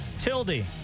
Tildy